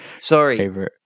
sorry